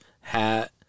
hat